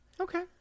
okay